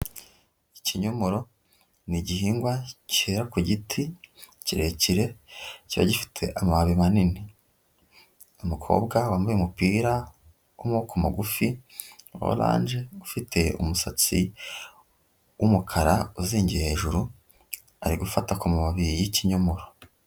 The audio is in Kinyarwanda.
Ikinyomoro ni igihingwa cyera ku giti kirekire, kiba gifite amababi manini. Umukobwa wambaye umupira w'amaboko magufi wa oranje, ufite umusatsi w'umukara uzingiye hejuru, ari gufata ku mababi y'ikinyomoro.